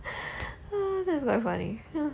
that's quite funny